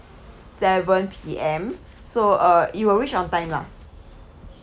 seven P_M so uh it will reach on time lah